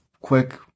quick